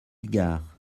gare